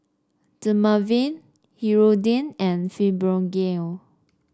Dermaveen Hirudoid and Fibogel